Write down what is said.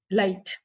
light